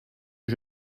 que